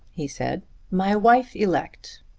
he said my wife elect.